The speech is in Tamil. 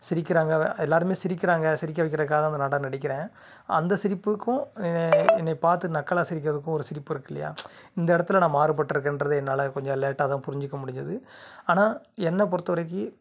சிரிக்கின்றாங்க எல்லோருமே சிரிக்கின்றாங்க சிரிக்க வைக்கிறதுக்காக தான் அந்த நாடகம் நடிக்கின்றேன் அந்த சிரிப்புக்கும் என்னைய பார்த்து நக்கலாக சிரிக்கின்றதுக்கும் ஒரு சிரிப்பு இருக்குகில்லையா இந்த இடத்துல நான் மாறுபட்டுருக்கன்றது என்னால் கொஞ்சம் லேட்டாக தான் புரிஞ்சுக்க முடிஞ்சிது ஆனால் என்ன பொறுத்த வரைக்கு